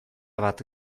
bat